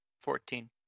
Fourteen